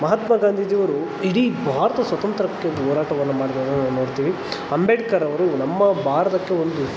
ಮಹಾತ್ಮಾ ಗಾಂಧೀಜಿಯವರು ಇಡೀ ಭಾರತ ಸ್ವತಂತ್ರಕ್ಕೆ ಹೋರಾಟವನ್ನು ಮಾಡಿದ್ದನ್ನು ನಾವು ನೋಡ್ತೀವಿ ಅಂಬೇಡ್ಕರ್ರವರು ನಮ್ಮ ಭಾರತಕ್ಕೆ ಒಂದು